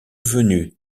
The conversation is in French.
venue